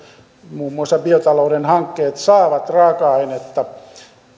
muun muassa biotalouden hankkeet saavat raaka ainetta